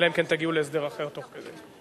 אלא אם כן תגיעו להסדר אחר תוך כדי.